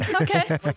okay